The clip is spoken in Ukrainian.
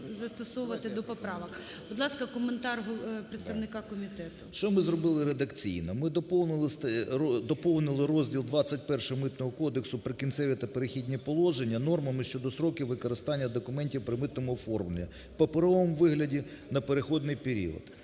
Що ми зробили редакційно, ми доповнили розділ ХХІ Митного кодексу "Прикінцеві та перехідні положення" нормами щодо строків використання документів при митному оформленні в паперовому вигляді на перехідний період.